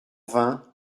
vingt